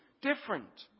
different